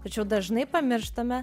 tačiau dažnai pamirštame